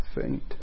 faint